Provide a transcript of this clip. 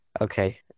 Okay